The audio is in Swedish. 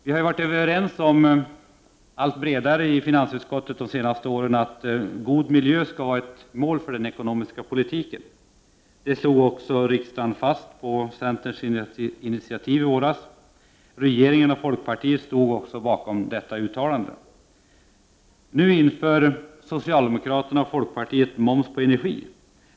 Vi har de senaste åren fått en allt bredare enighet i finansutskottet om att god miljö skall vara ett mål för den ekonomiska politiken. Detta slog också riksdagen fast på centerns initiativ i våras. Regeringen och folkpartiet stod också bakom detta uttalande. Nu inför socialdemokraterna och folkpartiet moms på energi.